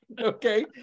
Okay